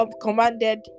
commanded